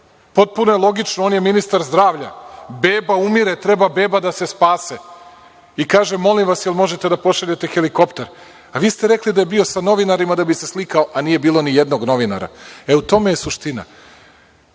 Potpuno je logično, on je ministar zdravlja. Beba umire, treba beba da se spase, i kaže – molim vas, jel možete da pošaljete helikopter. A vi ste rekli da je bio sa novinarima da bi se slikao, a nije bilo nijednog novinara. E, u tome je suština. Vaš